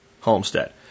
homestead